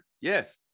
yes